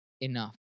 enough